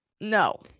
No